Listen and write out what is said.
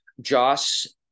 Joss